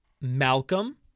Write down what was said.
malcolm